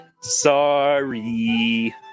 sorry